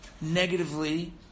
Negatively